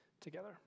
together